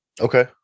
Okay